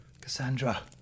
Cassandra